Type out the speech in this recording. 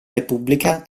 repubblica